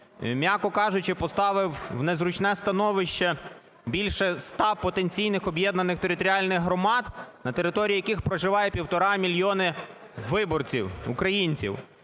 м'яко кажучи, поставив у незручне становище більше 100 потенційних об'єднаних територіальних громад, на території яких проживає 1,5 мільйони виборців, українців.